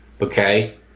okay